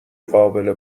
قابل